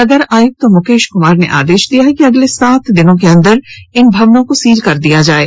नगर आयुक्त मुकेश कुमार ने आदेश दिया है कि अगले सात दिन के अंदर इन भवनों को सील किया जाये